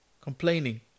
complaining